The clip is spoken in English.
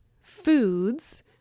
foods